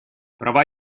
права